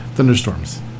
thunderstorms